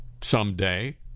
someday